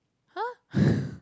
[huh]